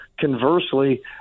conversely